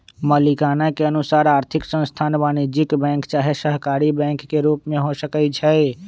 मलिकाना के अनुसार आर्थिक संस्थान वाणिज्यिक बैंक चाहे सहकारी बैंक के रूप में हो सकइ छै